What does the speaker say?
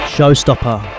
Showstopper